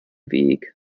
weg